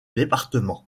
département